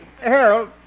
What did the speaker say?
Harold